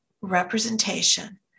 representation